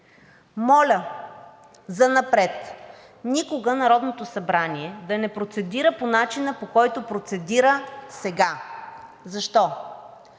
моля занапред никога Народното събрание да не процедира по начина, по който процедира сега. Защо?